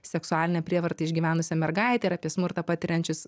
seksualinę prievartą išgyvenusią mergaitę ir apie smurtą patiriančius